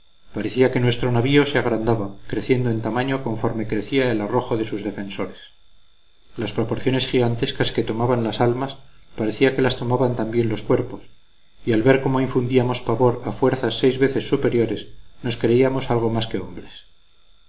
parecía que nuestro navío se agrandaba creciendo en tamaño conforme crecía el arrojo de sus defensores las proporciones gigantescas que tomaban las almas parecía que las tomaban también los cuerpos y al ver cómo infundíamos pavor a fuerzas seis veces superiores nos creíamos algo más que hombres